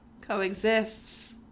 coexists